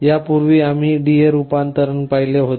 यापूर्वी आम्ही DA रूपांतरण पाहिले होते